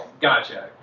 gotcha